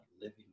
living